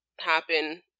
happen